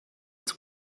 its